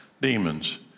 demons